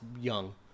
young